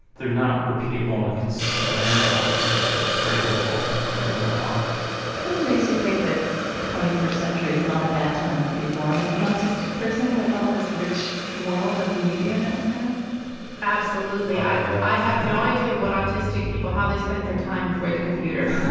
they're not repeatable in a consistent manner for him. so it's very difficult for him to figure them out kind of makes you think that twenty first century is not a bad time to be born as an autistic person with all this rich world of media that we have absolutely oh, yeah i have no idea what autistic people how they spent their time before the computer